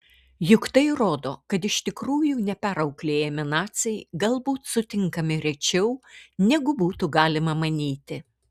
juk tai rodo kad iš tikrųjų neperauklėjami naciai galbūt sutinkami rečiau negu būtų galima manyti